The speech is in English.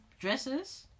dresses